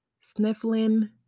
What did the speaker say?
sniffling